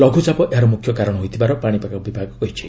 ଲଘୁଚାପ ଏହାର ମୃଖ୍ୟ କାରଣ ହୋଇଥିବାର ପାଣିପାଗ ବିଭାଗ କହିଛି